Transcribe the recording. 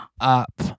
up